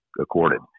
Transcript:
accorded